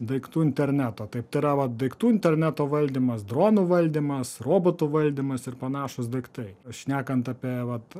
daiktų interneto taip tai yra vat daiktų interneto valdymas dronų valdymas robotų valdymas ir panašūs daiktai šnekant apie vat